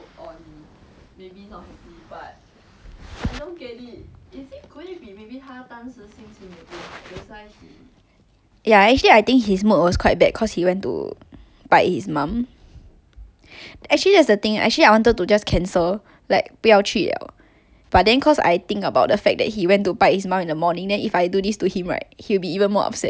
ya actually I think his mood was quite bad cause he went to 拜 his mum actually that's the thing actually I wanted to just cancel like 不要去了 but then cause I think about the fact that he went to 拜 his mum in the morning then if I do this to him right he will be even more upset so I still went but then went already but I cannot control my 脾气 so I just give him a face so I don't think it work out well anyways